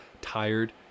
tired